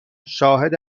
شاهد